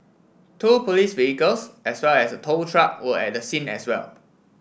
two police vehicles as well as tow truck were at the scene as well